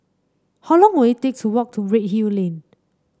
how long will it take to walk to Redhill Lane